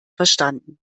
verstanden